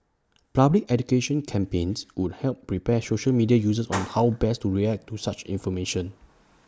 public education campaigns would help prepare social media users on how best to react to such information